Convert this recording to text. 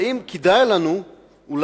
האם כדאי לנו אולי